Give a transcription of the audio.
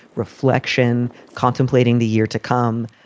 reflection, contemplating the year to come.